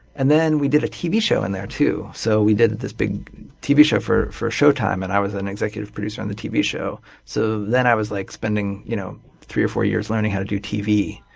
and then we did a tv show in there, too. so we did this big tv show for for showtime and i was an executive producer on the tv show. so then i was like spending you know three or four years learning how to do tv,